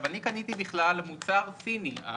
אני קניתי בכלל מוצר סיני.